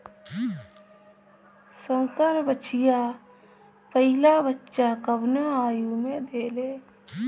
संकर बछिया पहिला बच्चा कवने आयु में देले?